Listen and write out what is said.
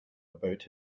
about